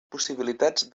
possibilitats